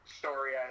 story